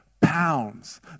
pounds